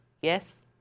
Yes